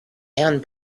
and